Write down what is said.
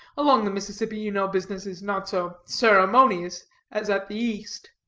along the mississippi, you know, business is not so ceremonious as at the east.